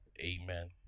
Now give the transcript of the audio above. Amen